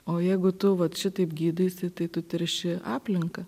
o jeigu tu vat šitaip gydaisi tai tu terši aplinką